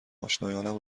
آشنایانم